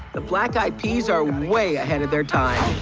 the black eyed peas are way ahead of their time.